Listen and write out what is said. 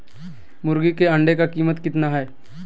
मुर्गी के अंडे का कीमत कितना है?